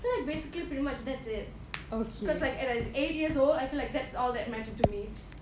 I feel like basically pretty much that's it because like when I was eight years old I feel like that's all that mattered to me